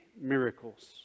miracles